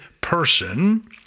person